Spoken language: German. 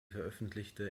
veröffentlichte